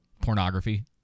Pornography